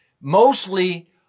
Mostly